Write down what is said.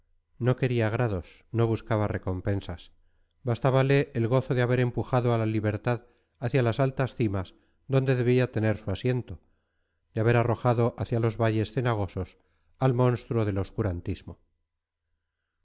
no quería grados no buscaba recompensas bastábale el gozo de haber empujado a la libertad hacia las altas cimas donde debía tener su asiento de haber arrojado hacia los valles cenagosos al monstruo del obscurantismo